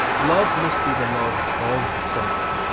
love must be the love of something.